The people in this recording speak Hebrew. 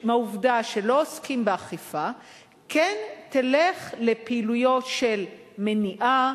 שלא עוסקים באכיפה כן תלך לפעילויות של מניעה,